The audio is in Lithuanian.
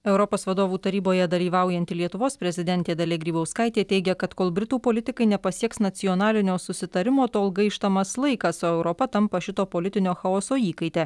europos vadovų taryboje dalyvaujanti lietuvos prezidentė dalia grybauskaitė teigia kad kol britų politikai nepasieks nacionalinio susitarimo tol gaištamas laikas o europa tampa šito politinio chaoso įkaite